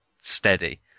steady